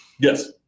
Yes